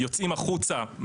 יוצאים החוצה,